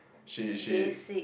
she she